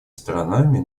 сторонами